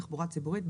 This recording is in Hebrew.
בתחבורה ציבורית,